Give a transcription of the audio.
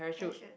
friendship